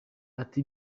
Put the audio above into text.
ati